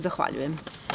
Zahvaljujem.